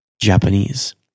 Japanese